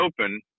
Open